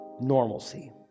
normalcy